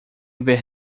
ver